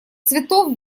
цветов